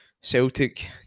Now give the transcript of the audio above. Celtic